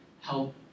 help